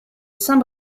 saint